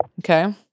Okay